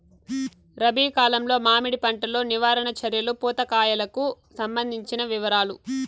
రబి కాలంలో మామిడి పంట లో నివారణ చర్యలు పూత కాయలకు సంబంధించిన వివరాలు?